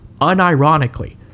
unironically